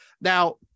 Now